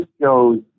shows